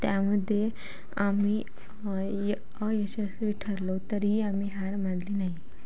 त्यामध्ये आम्ही य अयशस्वी ठरलो तरीही आम्ही हार मानली नाही